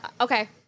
Okay